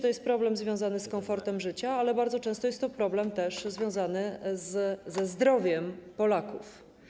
To jest problem związany z komfortem życia, ale bardzo często jest to problem związany ze zdrowiem Polaków.